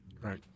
Right